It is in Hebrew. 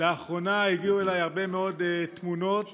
לאחרונה הגיעו אליי הרבה מאוד תמונות ועדויות,